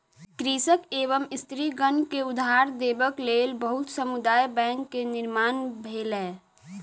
कृषक एवं स्त्रीगण के उधार देबक लेल बहुत समुदाय बैंक के निर्माण भेलै